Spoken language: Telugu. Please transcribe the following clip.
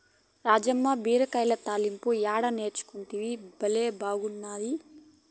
రాజ్మా బిక్యుల తాలింపు యాడ నేర్సితివి, బళ్లే బాగున్నాయి